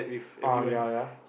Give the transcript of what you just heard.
oh ya ya